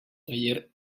taller